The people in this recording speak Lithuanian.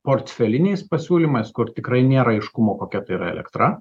portfeliniais pasiūlymais kur tikrai nėra aiškumo kokia tai yra elektra